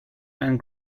and